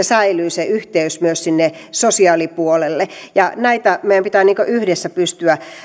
säilyy se yhteys myös sinne sosiaalipuolelle ja näitä meidän pitää yhdessä pystyä